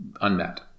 unmet